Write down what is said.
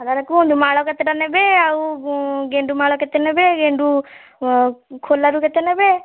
ଆଉ ତା'ହେଲେ କୁହନ୍ତୁ ମାଳ କେତେଟା ନେବେ ଆଉ ଗେଣ୍ଡୁ ମାଳ କେତେ ନେବେ ଗେଣ୍ଡୁ ଖୋଲାରୁ କେତେ ନେବେ